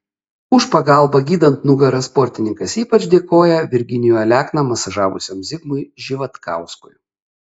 už pagalbą gydant nugarą sportininkas ypač dėkoja virgilijų alekną masažavusiam zigmui živatkauskui